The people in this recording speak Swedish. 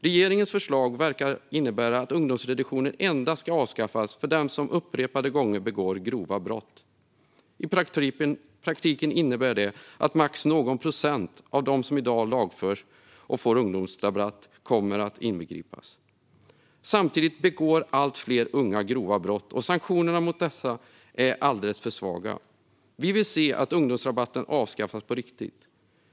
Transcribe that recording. Regeringens förslag verkar innebära att ungdomsreduktionen endast ska avskaffas för den som upprepade gånger begår grova brott. I praktiken innebär det att max någon procent av dem som lagförs och får ungdomsrabatt kommer att inbegripas. Samtidigt begår allt fler unga grova brott, och sanktionerna mot detta är alldeles för svaga. Vi vill se att ungdomsrabatten avskaffas på riktigt.